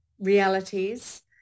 realities